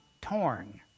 torn